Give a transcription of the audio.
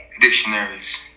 dictionaries